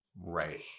Right